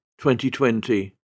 2020